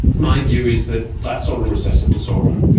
my view is that that sort of recessive disorder,